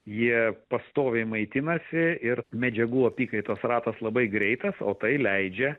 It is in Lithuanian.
jie pastoviai maitinasi ir medžiagų apykaitos ratas labai greitas o tai leidžia